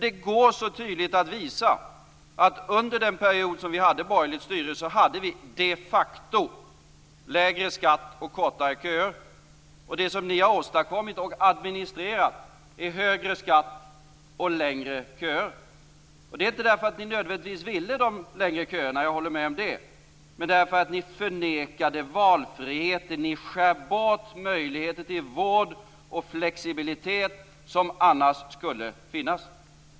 Det går så tydligt att visa att vi de facto hade lägre skatt och kortare köer under perioden av borgerligt styre. Det som ni har åstadkommit och administrerat är högre skatt och längre köer. Anledningen är inte nödvändigtvis att ni ville ha längre köer - det håller jag med om - utan att ni förnekade valfriheten. Ni skär bort möjligheter till vård och flexibilitet, som annars skulle finnas.